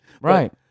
Right